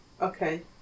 Okay